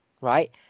right